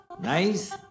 nice